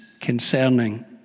concerning